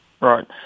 Right